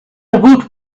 woot